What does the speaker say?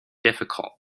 difficult